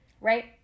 right